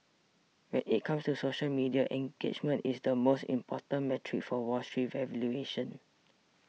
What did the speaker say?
when it comes to social media engagement is the most important metric for Wall Street valuations